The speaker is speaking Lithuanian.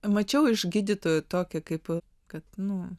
mačiau iš gydytojų tokią kaip kad nu